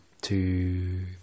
two